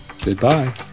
goodbye